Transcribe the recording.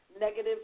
negative